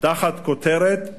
תחת כותרת,